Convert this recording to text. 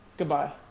Goodbye